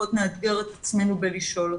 לפחות נאתגר את עצמנו בלשאול אותה.